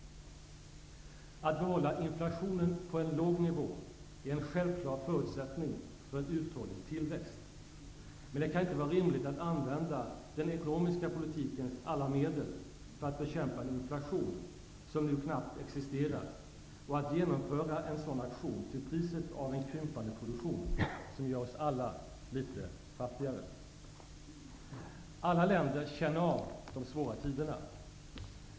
Att behålla inflationen på en låg nivå är en självklar förutsättning för en uthållig tillväxt. Men det kan inte vara rimligt att använda den ekonomiska politikens alla medel för att bekämpa en inflation som nu knappt existerar, och att genomföra en sådan aktion till priset av en krympande produktion, som gör oss alla litet fattigare. Alla länder känner av de svåra tiderna.